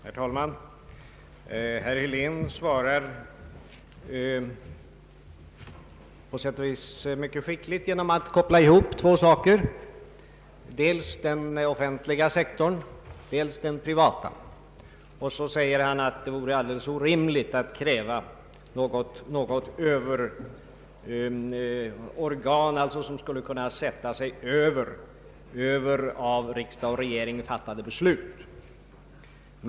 Herr talman! Herr Helén svarar på sätt och vis mycket skickligt genom att koppla ihop två saker: dels den offentliga sektorn, dels den privata. Han säger att det vore orimligt att kräva att det skulle finnas något överorgan som kunde sätta sig över av riksdag och regering fattade beslut.